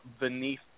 Beneath